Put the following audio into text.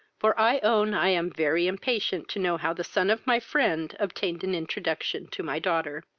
for i own i am very impatient to know how the son of my friend obtained an introduction to my daughter.